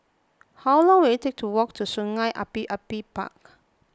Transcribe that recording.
how long will it take to walk to Sungei Api Api Park